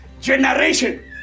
Generation